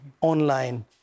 online